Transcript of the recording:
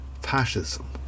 fascism